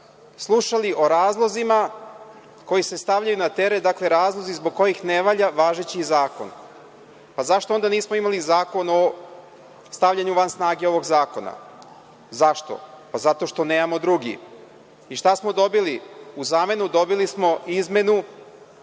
slušali o razlozima koji se stavljaju na teret, dakle razlozi zbog kojih ne valja važeći zakon. Zašto onda nismo imali Zakon o stavljanju van snage ovog zakona? Zašto? Zato što nemamo drugi. Šta smo dobili u zamenu? Dobili smo izmenu